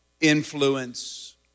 influence